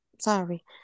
sorry